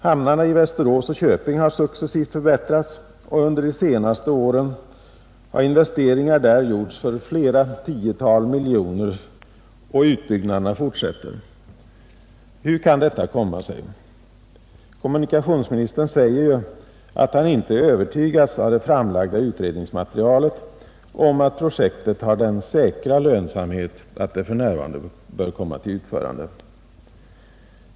Hamnarna i Västerås och Köping har successivt förbättrats, och under de senaste åren har investeringar där gjorts för flera tiotal miljoner, och utbyggnaderna fortsätter. Hur kan detta komma sig? Kommunikationsministern säger ju, att han av det framlagda utredningsmaterialet inte övertygats om att projektet har den säkra lönsamhet att det för närvarande bör komma till utförande.